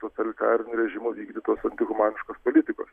totalitarinio režimo vykdytos antihumaniškos politikos